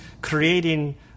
creating